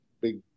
big